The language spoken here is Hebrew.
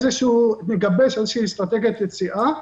נגבש איזו אסטרטגיית יציאה.